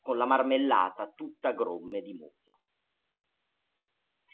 con la marmellata tutta gromme di muffa